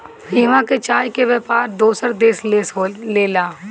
इहवां के चाय के व्यापार दोसर देश ले होला